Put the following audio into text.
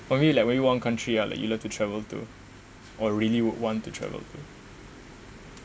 for me like maybe one country ah that like you love to travel to or really would want to travel to